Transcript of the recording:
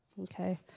okay